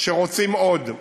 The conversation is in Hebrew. שרוצים עוד.